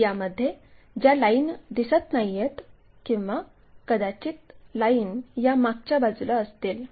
यामध्ये ज्या लाईन दिसत नाहीयेत किंवा कदाचित लाईन या मागच्या बाजूला असतील